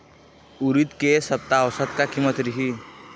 उरीद के ए सप्ता औसत का कीमत रिही?